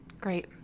great